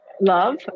love